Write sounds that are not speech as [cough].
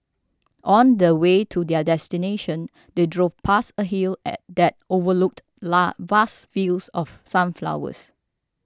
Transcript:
on the way to their destination they drove past a hill [unintelligible] that overlooked [unintelligible] vast fields of sunflowers